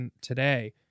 today